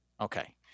Okay